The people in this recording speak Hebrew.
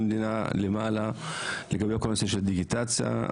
לתהליך החיבור למערכת ההזדהות הלאומית.